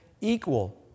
equal